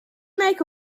make